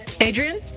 Adrian